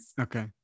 Okay